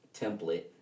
template